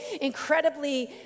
incredibly